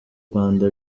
rwanda